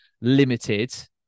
limited